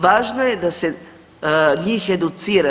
Važno je da se njih educira.